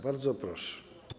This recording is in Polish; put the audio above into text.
Bardzo proszę.